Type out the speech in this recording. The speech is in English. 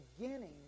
beginning